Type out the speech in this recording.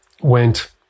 went